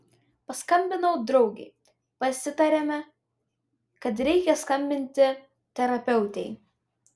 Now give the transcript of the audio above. paskambinau draugei pasitarėme kad reikia skambinti terapeutei